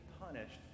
punished